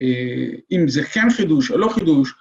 אה... ‫אם זה כן חידוש או לא חידוש.